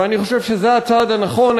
ואני חושב שזה הצעד הנכון,